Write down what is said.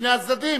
משני הצדדים,